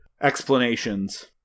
explanations